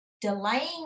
delaying